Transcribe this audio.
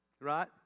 Right